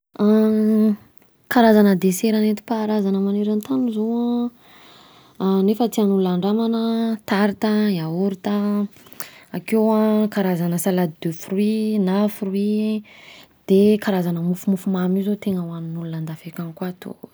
Karazana desera nentim-pahazana maneran-tany zao an, nefa tian'olona andramana tarte, yaorta, akeo an karazana salade de fruit na fruit de karazana mofomofo mamy io zao tegna hoanin'olona andafy akany koa atao desera.